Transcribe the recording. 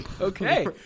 Okay